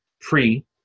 pre